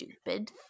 stupid